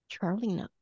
Charlie